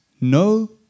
no